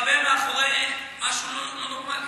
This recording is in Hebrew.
העמותה, זה להתחבא מאחורי משהו לא נורמלי.